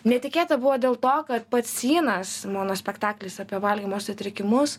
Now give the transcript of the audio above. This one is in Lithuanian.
netikėta buvo dėl to kad pacynas monospektaklis apie valgymo sutrikimus